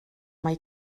mae